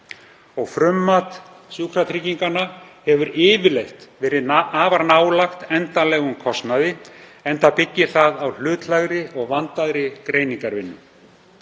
Frummat SÍ hefur yfirleitt verið afar nálægt endanlegum kostnaði, enda byggir það á hlutlægri og vandaðri greiningarvinnu.